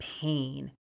pain